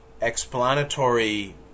explanatory